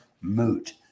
moot